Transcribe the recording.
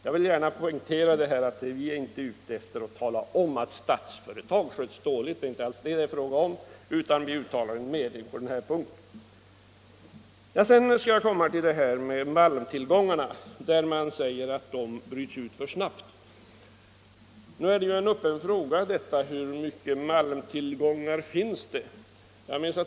Jag vill gärna poängtera att vi inte är ute för att tala om att Statsföretag sköts dåligt — det är som sagt inte alls det frågan gäller — utan vi uttalar bara en mening beträffande behovet av en samordning. Sedan kommer jag till detta med malmtillgångarna. Man säger att malmen bryts för snabbt. Nu är det ju en öppen fråga hur mycket malmtillgångar det finns.